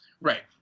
right